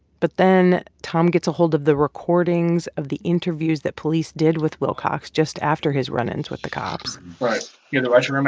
but then, tom gets ahold of the recordings of the interviews that police did with wilcox just after his run-ins with the cops right. you know ah um